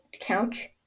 couch